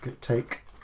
take